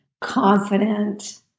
confident